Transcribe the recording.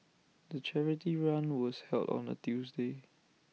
the charity run was held on A Tuesday